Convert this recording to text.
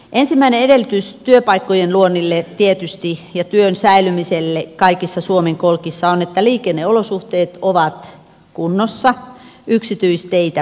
ensimmäinen edellytys työpaikkojen luonnille tietysti ja työn säilymiselle kaikissa suomen kolkissa on että liikenneolosuhteet ovat kunnossa yksityisteitä myöden